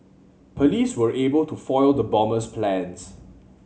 police were able to foil the bomber's plans